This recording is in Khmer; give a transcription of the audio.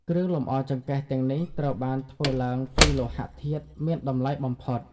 គ្រឿងលម្អចង្កេះទាំងនេះត្រូវបានធ្វើឡើងពីលោហៈធាតុមានតម្លៃបំផុត។